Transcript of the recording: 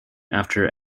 after